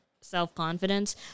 self-confidence